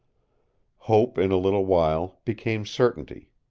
hope in a little while became certainty.